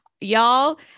y'all